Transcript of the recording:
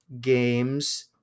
games